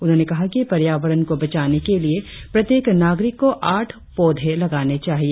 उन्होंने कहा कि पर्यावरण को बचाने के लिए प्रत्येक नागरिक को आठ पौधे लगाने चाहिए